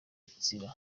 inzira